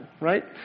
Right